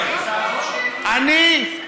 אני,